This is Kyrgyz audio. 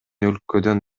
өлкөдөн